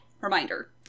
reminder